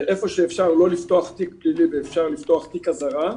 היכן שאפשר לא לפתוח תיק פלילי ואפשר לפתוח תיק אזהרה,